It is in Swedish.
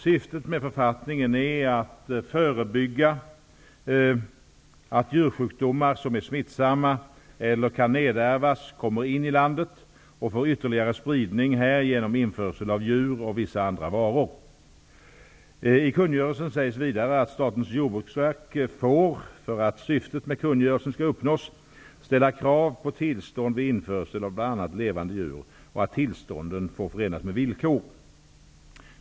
Syftet med författningen är ''att förebygga att djursjukdomar som är smittsamma eller kan nedärvas, kommer in i landet och får ytterligare spridning här, genom införsel av djur och vissa andra varor''. I kungörelsen sägs vidare att Statens jordbruksverk får, för att syftet med kungörelsen skall uppnås, ställa krav på tillstånd vid införsel av bl.a. levande djur och att tillstånden får förenas med villkor.